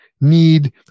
need